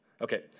Okay